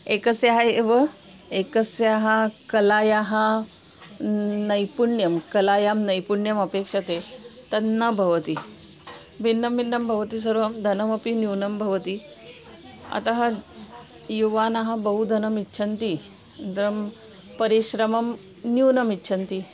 एकस्याः एव एकस्याः कलायाः नैपुण्यं कलायां नैपुण्यम् अपेक्षते तन्न भवति भिन्नं भिन्नं भवति सर्वं धनमपि न्यूनं भवति अतः युवानः बहु धनम् इच्छन्ति अनन्तरं परिश्रमं न्यूनम् इच्छन्ति